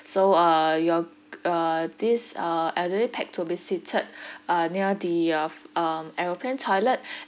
so uh your g~ uh this uh elderly pax to be seated uh near the uh f~ um aeroplane toilet